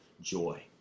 joy